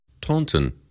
Taunton